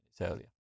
earlier